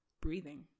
breathing